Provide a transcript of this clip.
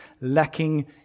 lacking